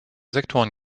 sektoren